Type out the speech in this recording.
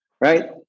right